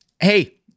hey